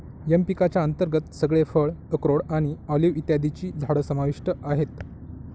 M पिकांच्या अंतर्गत सगळे फळ, अक्रोड आणि ऑलिव्ह इत्यादींची झाडं समाविष्ट आहेत